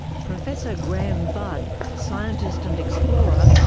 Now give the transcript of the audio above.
professor grahame budd, scientist and explorer,